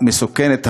המסוכנת הזאת,